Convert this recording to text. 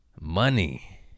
money